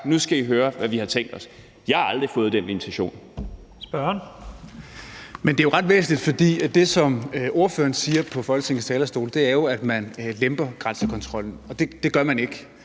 Nu skal I høre, hvad vi har tænkt os. Jeg har aldrig fået den invitation.